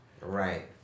Right